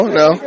no